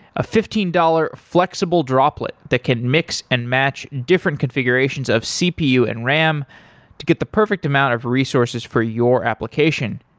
a fifteen dollars flexible droplet that can mix and match different configurations of cpu and ram to get the perfect amount of resources for your application.